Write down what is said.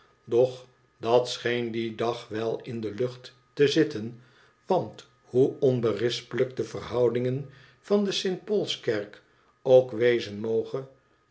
dat scheen dien dag wel in de lucht te zitten want hoe onberispelijk de verhoudingen van de st paulskerk ook wezen moge